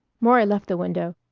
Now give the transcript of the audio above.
maury left the window,